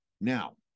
Now